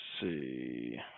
see